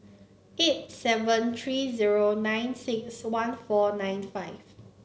eight seven three zero nine six one four nine five